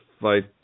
fight